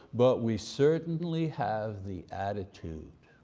but we certainly have the attitude.